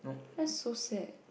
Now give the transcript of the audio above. that's so sad